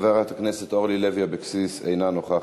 חברת הכנסת אורלי לוי אבקסיס, אינה נוכחת.